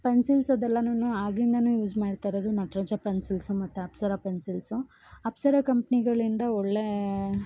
pencils ಅದೆಲ್ಲವೂನು ಆಗಿಂದಲೂ use ಮಾಡ್ತಾಯಿರೋದು ನಟ್ರಾಜ ಪೆನ್ಸಿಸ್ಲು ಮತ್ತು ಅಪ್ಸರ ಪೆನ್ಸಿಲ್ಸು ಅಪ್ಸರ ಕಂಪ್ನಿಗಳಿಂದ ಒಳ್ಳೇ